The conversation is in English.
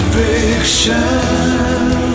fiction